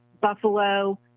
buffalo